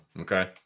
Okay